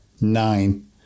nine